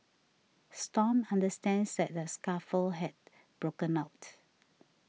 stomp understands that a scuffle had broken out